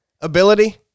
ability